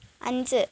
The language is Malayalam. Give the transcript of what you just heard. അഞ്ച്